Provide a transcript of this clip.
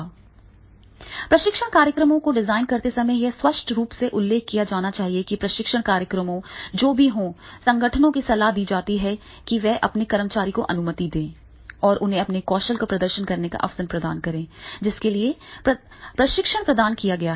इसलिए प्रशिक्षण कार्यक्रम को डिजाइन करते समय यह स्पष्ट रूप से उल्लेख किया जाना चाहिए कि प्रशिक्षण कार्यक्रम जो भी हो संगठनों को सलाह दी जाती है कि वे अपने कर्मचारी को अनुमति दें और उन्हें अपने कौशल का प्रदर्शन करने का अवसर प्रदान करें जिसके लिए प्रशिक्षण प्रदान किया गया है